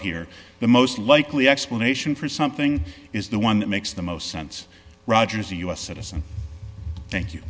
here the most likely explanation for something is the one that makes the most sense roger is a us citizen thank you